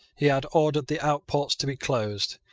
he had ordered the outports to be closed.